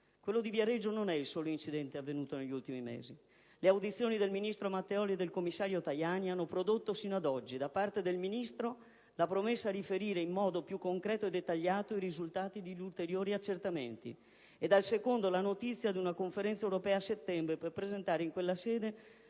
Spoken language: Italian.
Quello di Viareggio non è il solo incidente avvenuto negli ultimi mesi. Le audizioni del ministro Matteoli e del commissario Tajani hanno prodotto sino ad oggi: da parte del Ministro la promessa a riferire «in modo più concreto e dettagliato i risultati di ulteriori accertamenti» e dal secondo la notizia di «una conferenza europea a settembre» per presentare in quella sede